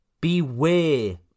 Beware